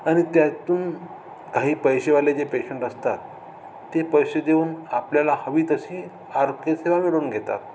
आणि त्यातून काही पैसेवाले जे पेशंट असतात ते पैसे देऊन आपल्याला हवी तशी आरोग्यसेवा मिळवून घेतात